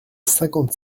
cinquante